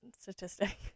statistic